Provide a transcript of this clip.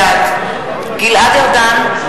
בעד גלעד ארדן,